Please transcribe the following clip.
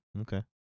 Okay